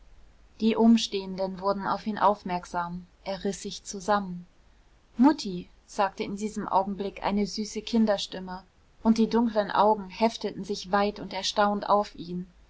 die umstehenden wurden auf ihn aufmerksam er riß sich zusammen mutti sagte in diesem augenblick eine süße kinderstimme und die dunklen augen hefteten sich weit und erstaunt auf ihn